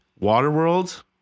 Waterworld